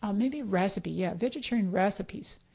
um maybe recipe, yeah, vegetarian recipes.